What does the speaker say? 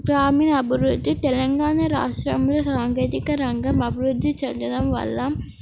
గ్రామీణ అభివృద్ధి తెలంగాణ రాష్ట్రంలో సాంకేతిక రంగం అభివృద్ధి చెందడం వల్ల